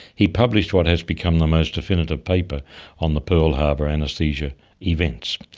he published what has become the most definitive paper on the pearl harbor anaesthesia events.